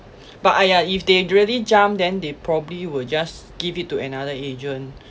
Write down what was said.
but !aiya! if they really jump then they probably will just give it to another agent